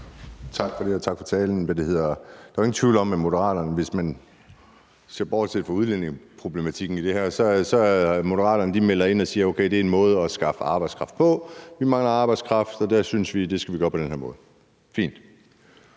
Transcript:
Tak for det. Og tak for talen. Der er jo ingen tvivl om, at Moderaterne, hvis man ser bort fra udlændingeproblematikken i det her, melder ind i det her og siger: Okay, det er en måde at skaffe arbejdskraft på; vi mangler arbejdskraft, og det synes vi at vi skal løse på den her måde. Det